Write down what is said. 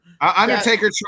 Undertaker –